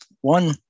one